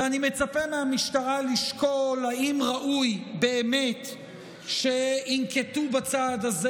ואני מצפה מהמשטרה לשקול אם ראוי באמת שינקטו את הצעד הזה.